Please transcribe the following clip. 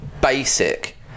basic